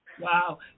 Wow